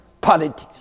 politics